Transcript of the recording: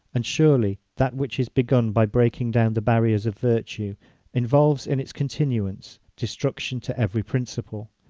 and surely that which is begun by breaking down the barriers of virtue involves in its continuance destruction to every principle,